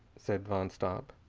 said van stopp,